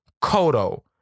Koto